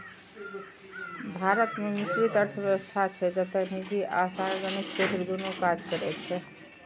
भारत मे मिश्रित अर्थव्यवस्था छै, जतय निजी आ सार्वजनिक क्षेत्र दुनू काज करै छै